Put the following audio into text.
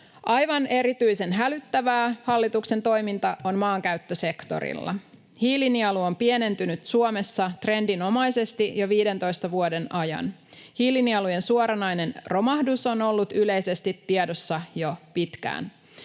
Aivan erityisen hälyttävää hallituksen toiminta on maankäyttösektorilla. Hiilinielu on pienentynyt Suomessa trendinomaisesti jo 15 vuoden ajan. Hiilinielujen suoranainen romahdus on ollut yleisesti tiedossa jo pitkään.